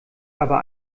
aber